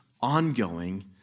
ongoing